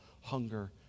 hunger